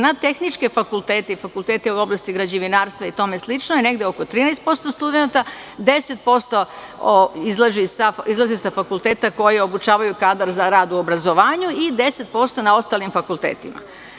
Na tehničke fakultete i fakultete iz oblasti građevinarstva i tome slično je negde oko 13 % studenata, 10% izlazi sa fakulteta koji obučavaju kadar za rad u obrazovanju i10% na ostalim fakultetima.